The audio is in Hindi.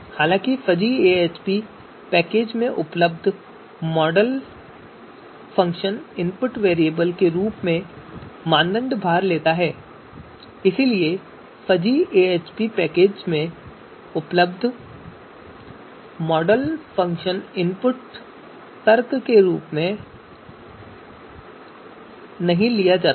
हालांकि फजी एएचपी पैकेज में उपलब्ध मॉडल फ़ंक्शन इनपुट वैरिएबल के रूप में मानदंड भार लेता है